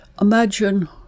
imagine